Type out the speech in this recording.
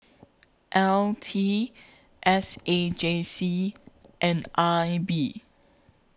L T S A J C and I B